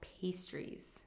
pastries